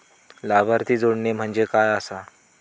लाभार्थी जोडणे म्हणजे काय आसा?